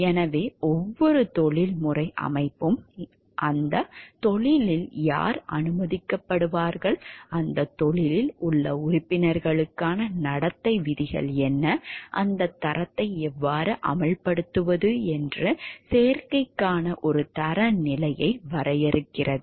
எனவே ஒவ்வொரு தொழில்முறை அமைப்பும் அந்தத் தொழிலில் யார் அனுமதிக்கப்படுவார்கள் அந்தத் தொழிலில் உள்ள உறுப்பினர்களுக்கான நடத்தை விதிகள் என்ன அந்தத் தரத்தை எவ்வாறு அமல்படுத்துவது என்று சேர்க்கைக்கான ஒரு தரநிலையை வரையறுக்கிறது